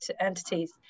entities